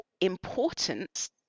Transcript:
importance